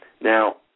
Now